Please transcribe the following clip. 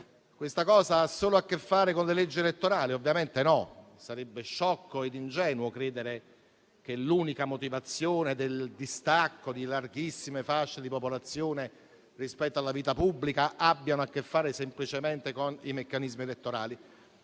vota. Ciò ha solo a che fare con le leggi elettorali? Ovviamente no: sarebbe sciocco e ingenuo credere che l'unica motivazione del distacco di larghissime fasce di popolazione rispetto alla vita pubblica abbia a che fare, semplicemente, con i meccanismi elettorali.